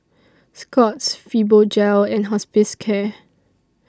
Scott's Fibogel and Hospicare